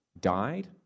died